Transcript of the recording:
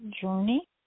journey